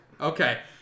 Okay